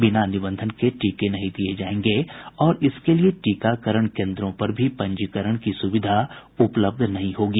बिना निबंधन के टीके नहीं दिये जायेंगे और इसके लिये टीकाकरण केन्द्रों पर भी पंजीकरण की सुविधा उपलब्ध नहीं होगी